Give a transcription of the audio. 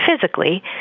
physically